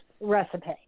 recipe